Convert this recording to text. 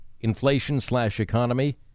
inflation-slash-economy